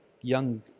young